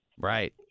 right